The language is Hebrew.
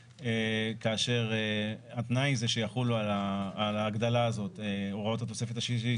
כאשר התנאי הוא שיחולו על ההגדלה הזאת הוראות התוספת השלישית,